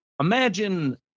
imagine